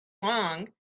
long